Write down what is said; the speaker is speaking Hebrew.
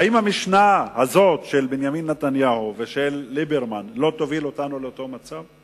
האם המשנה הזאת של בנימין נתניהו ושל ליברמן לא תוביל אותנו לאותו מצב?